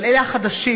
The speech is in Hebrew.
אבל אלה החדשים,